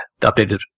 updated